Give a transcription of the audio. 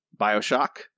Bioshock